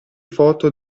foto